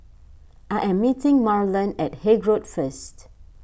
I am meeting Marland at Haig Road first